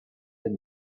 the